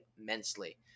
immensely